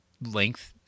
length